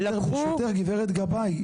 ברשותך גב' גבאי.